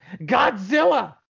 Godzilla